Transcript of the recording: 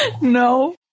no